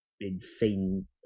insane